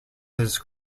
his